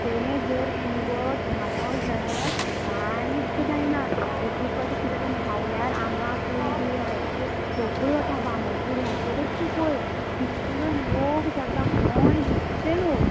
तें जर पिवत न्हांवत जाल्यार कांयच जायना एक एक पावटी किद जाता न्हांवल्यार आंगां पुळी बीळी आस त्यो सगळ्यो वता बामणबुडयाचेरूच तूं पळय कितलो लोक जाता गोंय भरचें लोक